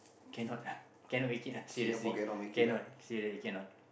cannot lah cannot make it lah seriously cannot seriously cannot